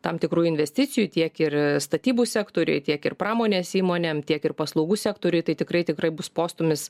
tam tikrų investicijų tiek ir statybų sektoriui tiek ir pramonės įmonėm tiek ir paslaugų sektoriui tai tikrai tikrai bus postūmis